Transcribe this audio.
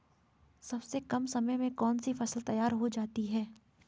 सबसे कम समय में कौन सी फसल तैयार हो जाती है?